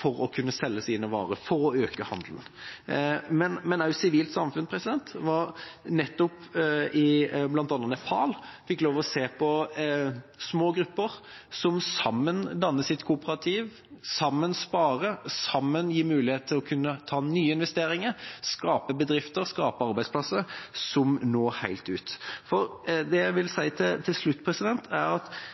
for å kunne selge sine varer og øke sin handel. Men også sivilt samfunn er viktig. Jeg var nettopp i bl.a. Nepal og fikk se små grupper som sammen danner kooperativ, sammen sparer, sammen gir mulighet til å gjøre nye investeringer, skape bedrifter, skape arbeidsplasser, som når helt ut. Det jeg vil si til slutt, er at